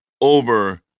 over